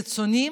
לקיצוניים,